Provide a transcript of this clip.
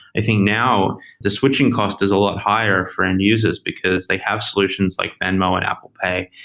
i think now the switching cost is a lot higher for end users, because they have solutions like venmo and apple pay,